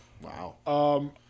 Wow